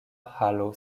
halo